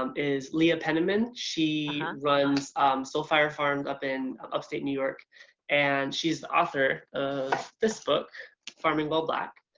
um is leah penniman. she runs soul fire farms up in upstate new york and she's the author of this book farming while black,